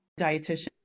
Dietitian